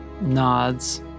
nods